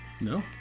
No